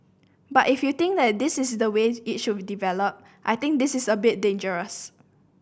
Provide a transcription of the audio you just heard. but if you think this is the way it should develop I think this is a bit dangerous